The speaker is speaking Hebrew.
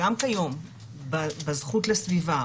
גם כיום בזכות לסביבה,